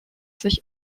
sich